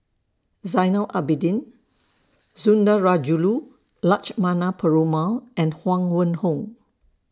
Zainal Abidin Sundarajulu Lakshmana Perumal and Huang Wenhong